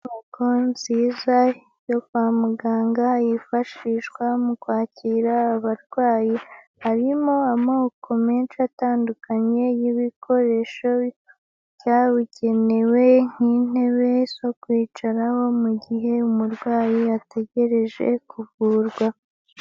Inyubako nziza yo kwa muganga yifashishwa mu kwakira abarwayi, harimo amoko menshi atandukanye y'ibikoresho byabugenewe ,nk'intebe zo kwicaraho mu gihe umurwayi ategereje kuvurwa.